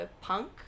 punk